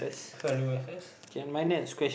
family matters